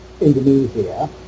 Indonesia